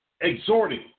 exhorting